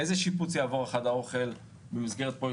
איזה שיפוץ יעבור חדר האוכל במסגרת פרויקט